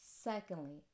Secondly